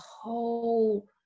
whole